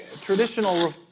traditional